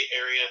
area